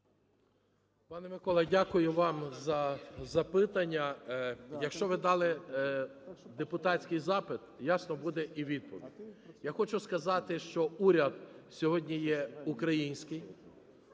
Пане Микола, дякую вам за запитання. Якщо ви дали депутатський запит, ясно, буде і відповідь. Я хочу сказати, що уряд сьогодні є український.